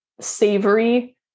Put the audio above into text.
savory